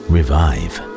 Revive